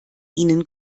ihnen